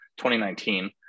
2019